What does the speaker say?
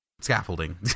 Scaffolding